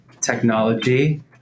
technology